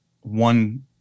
one